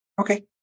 Okay